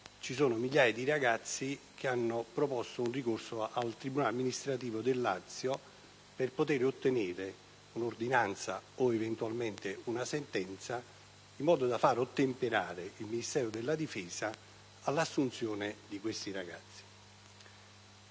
ci sono migliaia di ragazzi che hanno promosso un ricorso al tribunale amministrativo del Lazio per poter ottenere un'ordinanza o, eventualmente, una sentenza affinché il Ministero della difesa ottemperi all'assunzione di questi ragazzi.